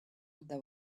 there